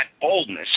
boldness